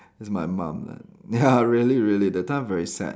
it's my mum lah ya really really that time very sad